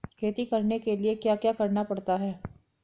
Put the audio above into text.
खेती करने के लिए क्या क्या करना पड़ता है?